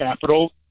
capital